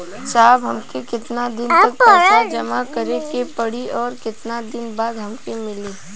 साहब हमके कितना दिन तक पैसा जमा करे के पड़ी और कितना दिन बाद हमके मिली?